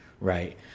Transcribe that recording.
right